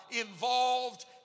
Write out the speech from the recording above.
involved